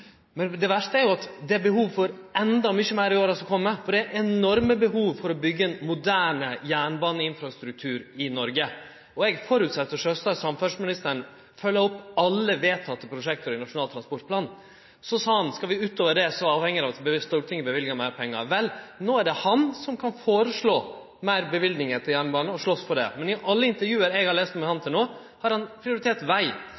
Det verste er at det er behov for mykje meir i åra som kjem, for det er enorme behov for å byggje ein moderne jernbaneinfrastruktur i Noreg. Eg føreset sjølvsagt at samferdselsministeren følgjer opp alle vedtekne prosjekt i Nasjonal transportplan. Så sa han: Skal vi utover det, avheng det av at Stortinget løyver meir pengar. Vel, no er det han som kan foreslå større løyvingar til jernbane og slåst for det. Men i alle intervju eg har lese med han til no, har han prioritert veg.